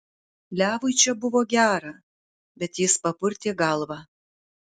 levui čia buvo gera bet jis papurtė galvą